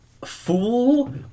fool